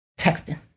texting